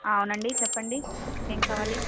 అవునండి చెప్పండి ఏం కావాలి